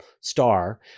star